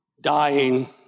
dying